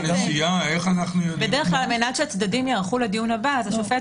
בדרך כלל כדי שהצדדים ייערכו לדיון הבא השופט